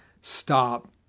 stop